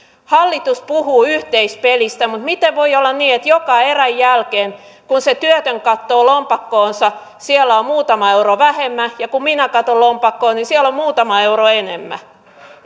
hallitus puhuu yhteispelistä mutta miten voi olla niin että joka erän jälkeen kun se työtön katsoo lompakkoonsa siellä on muutama euro vähemmän ja kun minä katson lompakkoon niin siellä on muutama euro enemmän